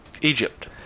Egypt